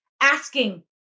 asking